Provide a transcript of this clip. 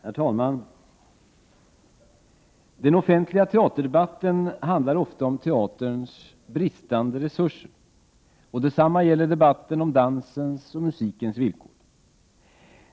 Herr talman! Den offentliga teaterdebatten handlar ofta om teaterns bristande resurser. Detsamma gäller debatten om dansens och musikens villkor.